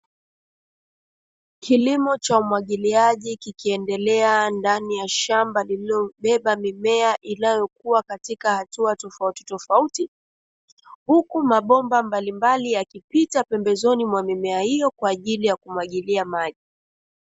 Kilimo cha umwagiliaji kikiendelea ndani ya shamba lililobeba mimea ambayo inayokua katika hatua tofautitofauti, huku mabomba mbalimbali yakipita pembezoni mwa mimea hiyo kwaajili ya kumwagilia maji